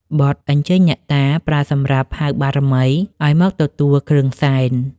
បទអញ្ជើញអ្នកតា ប្រើសម្រាប់ហៅបារមីឱ្យមកទទួលគ្រឿងសែន។